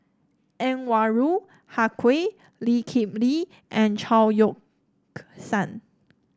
Anwarul Haque Lee Kip Lee and Chao Yoke San